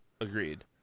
agreed